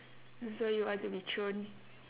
so you want to be thrown